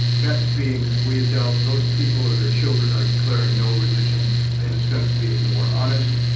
that's being squeezed out. those people or their children are declaring no religion in a sense being more honest.